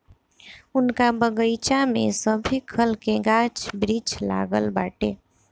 उनका बगइचा में सभे खल के गाछ वृक्ष लागल बाटे